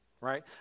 Right